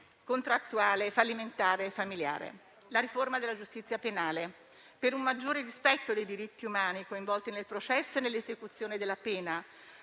contrattuale, fallimentare e familiare; la riforma della giustizia penale, per un maggiore rispetto dei diritti umani coinvolti nel processo e nell'esecuzione della pena,